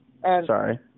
Sorry